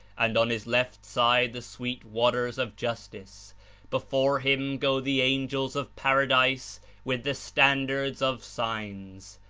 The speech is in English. and on his left side the sweet waters of justice before him go the angels of paradise with the standards of signs.